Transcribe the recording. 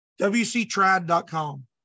Wctrad.com